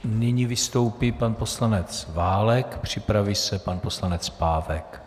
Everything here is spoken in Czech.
Nyní vystoupí pan poslanec Válek, připraví se pan poslanec Pávek.